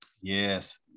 Yes